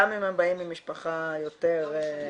גם אם הם באים ממשפחה יותר -- ברור,